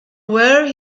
where